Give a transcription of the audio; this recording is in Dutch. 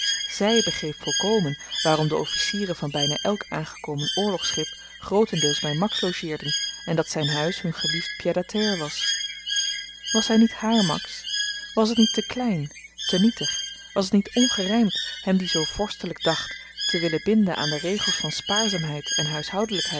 zy begreep volkomen waarom de officieren van byna elk aangekomen oorlogschip grootendeels by max logeerden en dat zyn huis hun geliefd pied-à-terre was was hy niet hààr max was het niet te klein te nietig was t niet ongerymd hem die zoo vorstelyk dacht te willen binden aan de regels van spaarzaamheid en